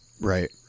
Right